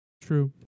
True